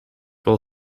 wel